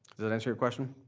that answer your question?